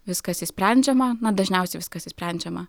viskas išsprendžiama mat dažniausiai viskas išsprendžiama